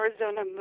Arizona